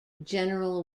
general